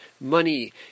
money